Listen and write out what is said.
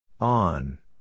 On